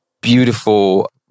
beautiful